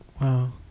Wow